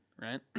right